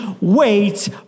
Wait